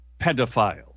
pedophiles